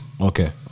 Okay